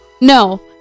no